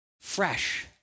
fresh